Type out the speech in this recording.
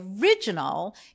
original